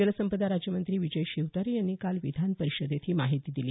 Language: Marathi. जलसंपदा राज्यमंत्री विजय शिवतारे यांनी काल विधानपरिषदेत ही माहिती दिली